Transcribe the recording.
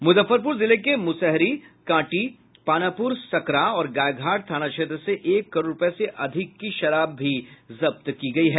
मुजफ्फरपुर जिले के मुसहरी कांटी पानापुर सकरा और गायघाट थाना क्षेत्र से एक करोड़ रूपये से अधिक की शराब जब्त की गयी है